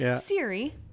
Siri